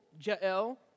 Jael